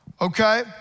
Okay